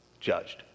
judged